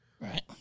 Right